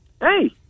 hey